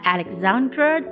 Alexandra